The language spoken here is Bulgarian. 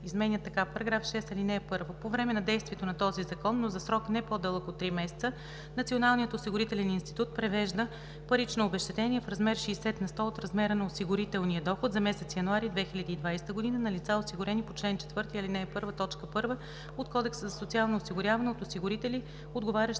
изменя така: „§ 6. (1) По време на действието на този закон, но за срок не по-дълъг от три месеца, Националният осигурителен институт превежда парично обезщетение в размер на 60 на сто от размера на осигурителния доход за месец януари 2020 г. на лица, осигурени по чл. 4, ал. 1, т. 1 от Кодекса за социално осигуряване от осигурители, отговарящи